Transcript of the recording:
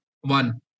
One